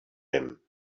him